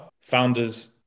founders